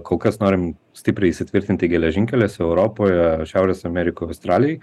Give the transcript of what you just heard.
kol kas norim stipriai įsitvirtinti geležinkeliuose europoje šiaurės amerikoj australijoj